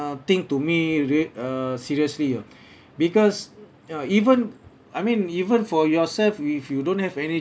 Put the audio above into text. thing to me re~ err seriously ah because ya even I mean even for yourself if you don't have any